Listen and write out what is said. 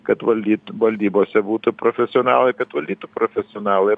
kad valdyt valdybose būtų profesionalai kad valdytų profesionalai ir